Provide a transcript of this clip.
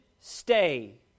stay